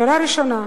שאלה ראשונה: